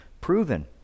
proven